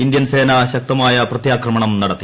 Indian സേന ശക്തമായ പ്രത്യാക്രമണം നടത്തി